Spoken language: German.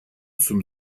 zum